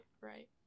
Right